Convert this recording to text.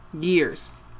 Years